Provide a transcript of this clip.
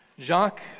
Jacques